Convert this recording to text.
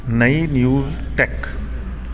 New news tech